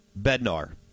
Bednar